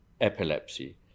epilepsy